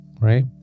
right